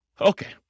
Okay